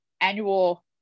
annual